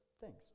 Thanks